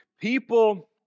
People